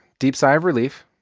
deep sigh of relief.